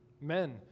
Men